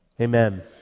amen